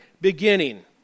beginning